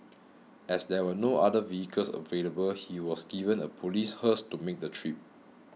as there were no other vehicles available he was given a police hearse to make the trip